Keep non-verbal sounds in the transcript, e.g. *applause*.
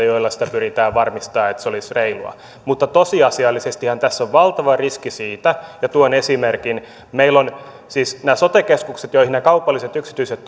*unintelligible* joilla sitä pyritään varmistamaan että se olisi reilua mutta tosiasiallisestihan tässä on valtava riski ja tuon esimerkin meillä on nämä sote keskukset joihin nämä kaupalliset yksityiset *unintelligible*